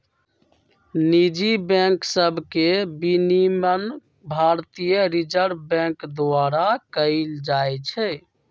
निजी बैंक सभके विनियमन भारतीय रिजर्व बैंक द्वारा कएल जाइ छइ